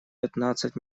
пятнадцать